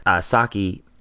Saki